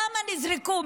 למה נזרקו?